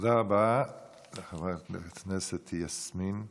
תודה רבה לחברת הכנסת יסמין פרידמן.